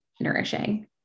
nourishing